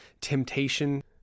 temptation